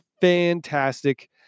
fantastic